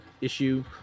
issue